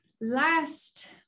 last